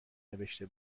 نوشته